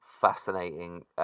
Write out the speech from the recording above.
fascinating